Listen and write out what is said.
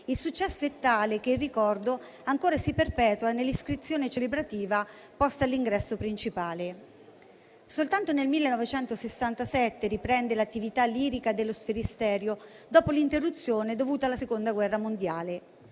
Il successo fu tale che il ricordo ancora si perpetua nell'iscrizione celebrativa posta all'ingresso principale. Soltanto nel 1967 riprende l'attività lirica dello Sferisterio, dopo l'interruzione dovuta alla Seconda guerra mondiale.